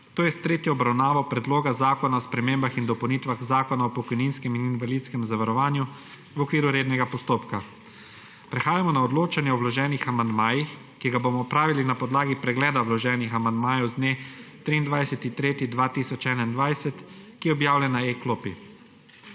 to je s tretjo obravnavo Predloga zakona o spremembah in dopolnitvah Zakona o****pokojninskem in invalidskem zavarovanju v okviru rednega postopka.** Prehajamo na odločanje o vloženih amandmajih, ki ga bomo opravili na podlagi pregleda vloženih amandmajev z dne 23. marca 2021, ki je objavljen na e-klopi.